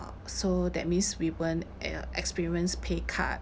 so that means we won't uh experience pay cut